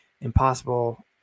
impossible